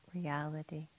reality